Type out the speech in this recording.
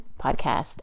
podcast